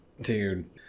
dude